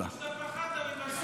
פחדת ממנסור עבאס.